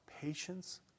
patience